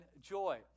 joy